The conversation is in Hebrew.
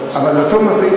אבל גם ב-25,